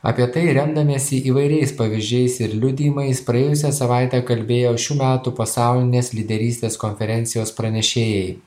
apie tai remdamiesi įvairiais pavyzdžiais ir liudijimais praėjusią savaitę kalbėjo šių metų pasaulinės lyderystės konferencijos pranešėjai